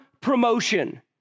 promotion